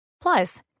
Plus